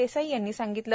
देसाई यांनी सांगितले